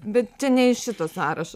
bet čia ne iš šito sąrašo